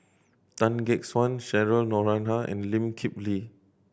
Tan Gek Suan Cheryl Noronha and Lee Kip Lee